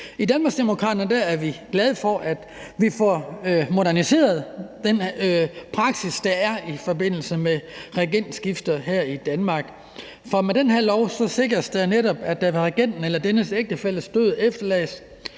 er vi glade for, at vi får moderniseret den praksis, der er i forbindelse med tronskifter her i Danmark, for med den her lov sikres det netop, at de værdier, som regentens eller dennes ægtefælles ved sin død efterlader